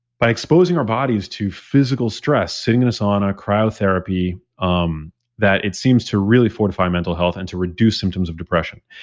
by exposing our bodies to physical stress, sitting in a sauna, cryotherapy, um that it seems to really fortify mental health and to reduce symptoms of depression.